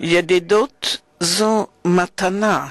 ידידוּת היא מתנה,